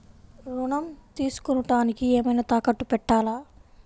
ఋణం తీసుకొనుటానికి ఏమైనా తాకట్టు పెట్టాలా?